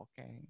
okay